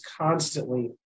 constantly